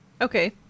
Okay